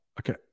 okay